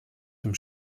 dem